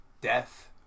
Death